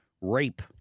rape